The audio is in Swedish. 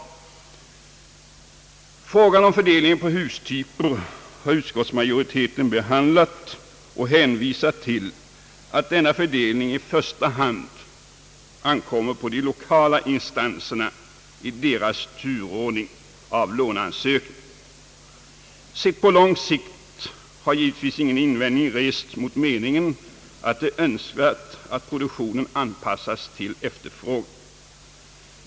Utskottsmajoriteten har behandlat frågan om fördelningen på hustyper och har därvid hänvisat till att denna fördelning i första hand ankommer på de lokala instanserna och deras turordning i fråga om låneansökningar. Sett på lång sikt har givetvis ingen invändning rests mot meningen att det är önskvärt att produktionen anpassas till efterfrågan.